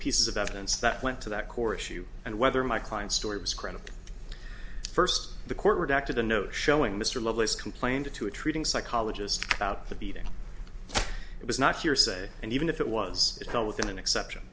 pieces of evidence that went to that core issue and whether my client's story was credible first the court redacted a note showing mr lovelace complained to a treating psychologist about the beating it was not hearsay and even if it was done within an exception